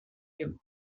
gift